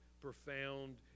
profound